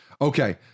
Okay